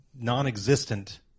non-existent